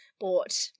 bought